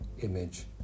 image